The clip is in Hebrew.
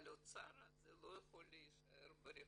אבל האוצר הזה לא יכול להישאר ברחוב,